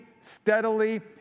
steadily